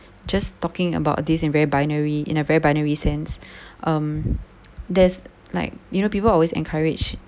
just talking about this in very binary in a very binary sense um there's like you know people always encourage